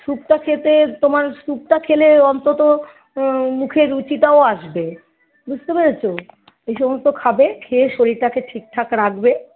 স্যুপটা খেতে তোমার স্যুপটা খেলে অন্তত মুখে রুচিটাও আসবে বুঝতে পেরেছো এই সমস্ত খাবে খেয়ে শরীরটাকে ঠিকঠাক রাখবে